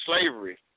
slavery